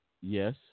Yes